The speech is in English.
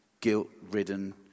guilt-ridden